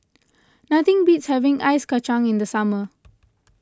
nothing beats having Ice Kachang in the summer